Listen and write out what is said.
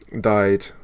died